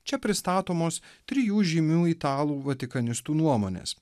čia pristatomos trijų žymių italų vatikanistų nuomonės